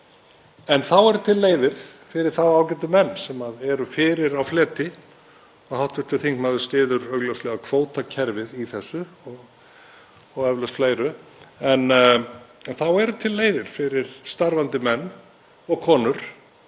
En þá eru til leiðir fyrir þá ágætu menn sem eru fyrir á fleti, og hv. þingmaður styður augljóslega kvótakerfið í þessu og eflaust fleiru, leiðir fyrir starfandi menn og konur,